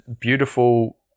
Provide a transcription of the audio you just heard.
beautiful